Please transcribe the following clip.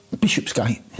Bishopsgate